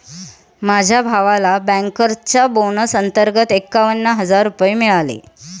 माझ्या भावाला बँकर्सच्या बोनस अंतर्गत एकावन्न हजार रुपये मिळाले